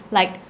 like